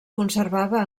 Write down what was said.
conservava